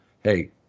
Hey